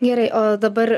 gerai o dabar